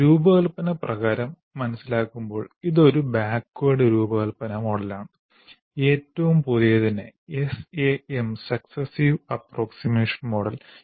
രൂപകൽപ്പന പ്രകാരം മനസിലാക്കുമ്പോൾ ഇത് ഒരു ബാക്വയേഡ് രൂപകൽപ്പന മോഡലാണ് ഏറ്റവും പുതിയതിനെ SAM successive approximation model Successive Approximation Model